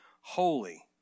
holy